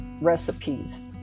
recipes